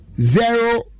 zero